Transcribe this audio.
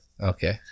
okay